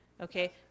okay